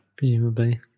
Presumably